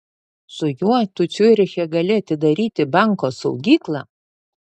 su juo tu ciuriche gali atidaryti banko saugyklą